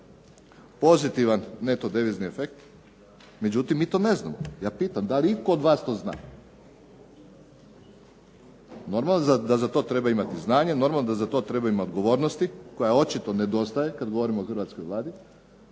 pozitivan neto devizni efekt? Međutim, mi to ne znamo. Ja pitam, da li itko od vas to zna? Normalno da za to treba imati znanje, normalno da za to treba imati odgovornosti koje očito nedostaje kada govorimo o hrvatskoj Vladi.